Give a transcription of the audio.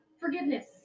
forgiveness